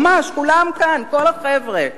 ממש, כולן כאן, כל החבר'ה.